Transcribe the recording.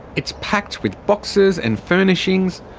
it's packed with boxes and furnishings.